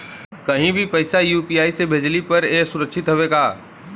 कहि भी पैसा यू.पी.आई से भेजली पर ए सुरक्षित हवे का?